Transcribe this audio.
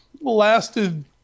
Lasted